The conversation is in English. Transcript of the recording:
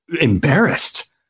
embarrassed